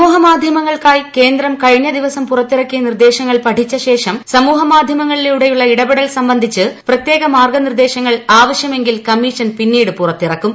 സമൂഹമാധ്യമങ്ങൾക്കായി കേന്ദ്രം കഴിഞ്ഞ ദിവസം പുറത്തിറക്കിയ നിർദേശങ്ങൾ പഠിച്ചശേഷം സമൂഹമാധ്യമങ്ങളിലൂടെയുള്ള ഇടപെടൽ സംബന്ധിച്ച് പ്രത്യേക മാർഗനിർദ്ദേശങ്ങൾ ആവശ്യമെങ്കിൽ കമീഷൻ പിന്നീട് പുറത്തിറക്കും